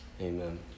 Amen